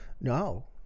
No